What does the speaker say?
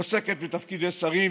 עוסקת בתפקידי שרים,